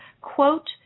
quote